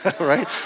right